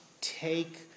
take